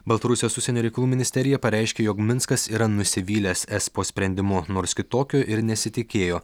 baltarusijos užsienio reikalų ministerija pareiškė jog minskas yra nusivylęs espo sprendimu nors kitokio ir nesitikėjo